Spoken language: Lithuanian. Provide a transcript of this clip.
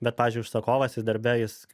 bet pavyzdžiui užsakovas jis darbe jis